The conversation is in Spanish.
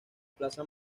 plaza